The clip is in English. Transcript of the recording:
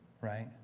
right